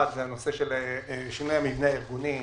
אחד זה שינוי המבנה הארגוני